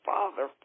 Father